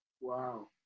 Wow